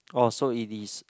oh so it is